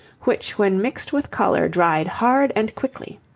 which when mixed with colour dried hard and quickly.